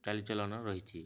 ଚାଲିଚଳନ ରହିଛି